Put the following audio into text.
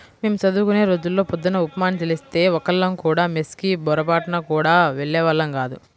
మేం చదువుకునే రోజుల్లో పొద్దున్న ఉప్మా అని తెలిస్తే ఒక్కళ్ళం కూడా మెస్ కి పొరబాటున గూడా వెళ్ళేవాళ్ళం గాదు